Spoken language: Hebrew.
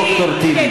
ד"ר טיבי.